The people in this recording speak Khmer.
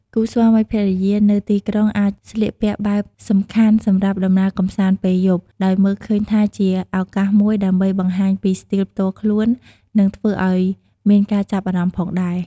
គូស្វាមីភរិយានៅទីក្រុងអាចស្លៀកពាក់បែបសំខាន់សម្រាប់ដំណើរកម្សាន្តពេលយប់ ដោយមើលឃើញថាវាជាឱកាសមួយដើម្បីបង្ហាញពីស្ទីលផ្ទាល់ខ្លួន និងធ្វើឱ្យមានការចាប់អារម្មណ៍ផងដែរ។